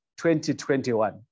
2021